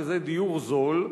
שזה דיור זול,